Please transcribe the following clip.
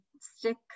stick